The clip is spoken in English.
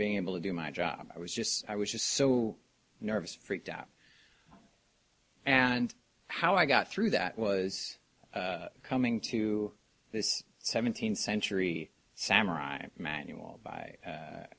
being able to do my job i was just i was so nervous freaked out and how i got through that was coming to this seventeenth century samurai manual by